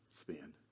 spend